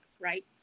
right